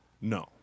No